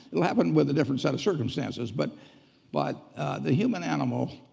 it'll happen with a different set of circumstances, but but the human animal